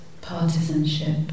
partisanship